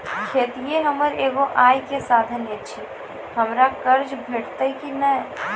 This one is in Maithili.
खेतीये हमर एगो आय के साधन ऐछि, हमरा कर्ज भेटतै कि नै?